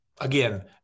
again –